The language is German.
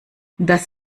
das